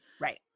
Right